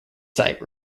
site